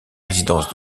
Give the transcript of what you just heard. résidence